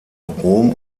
rom